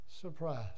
surprise